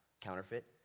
counterfeit